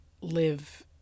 live